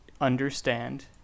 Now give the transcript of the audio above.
understand